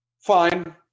fine